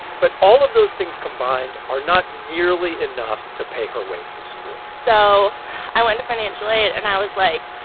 but all of those things combined are not nearly enough to pay her way through school so i went to financial aid. and i was, like,